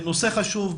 נושא חשוב,